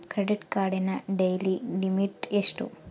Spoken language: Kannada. ಕ್ರೆಡಿಟ್ ಕಾರ್ಡಿನ ಡೈಲಿ ಲಿಮಿಟ್ ಎಷ್ಟು?